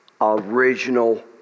original